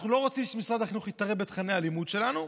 אנחנו לא רוצים שמשרד החינוך יתערב בתוכני הלימוד שלנו.